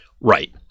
Right